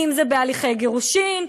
אם בהליכי גירושים,